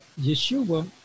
Yeshua